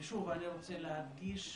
ושוב אני רוצה להדגיש,